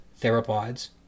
theropods